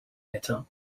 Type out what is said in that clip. better